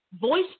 voice